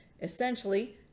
Essentially